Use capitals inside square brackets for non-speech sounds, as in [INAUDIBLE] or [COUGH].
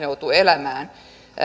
[UNINTELLIGIBLE] joutuu elämään